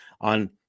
on